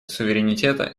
суверенитета